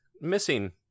missing